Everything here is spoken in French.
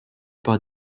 par